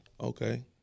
Okay